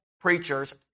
preachers